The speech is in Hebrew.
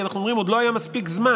כי אנחנו אומרים: עוד לא היה מספיק זמן.